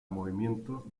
movimiento